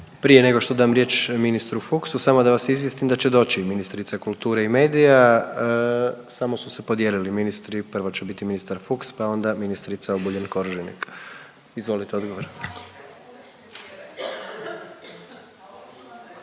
Prije nego što dam riječ ministru Fuchsu samo da vas izvijestim da će doći i ministrica kulture i medija. Samo su se podijelili ministri prvo će biti ministar Fuchs, pa onda ministrica Obuljen-Koržinek. Izvolite odgovor.